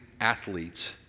athletes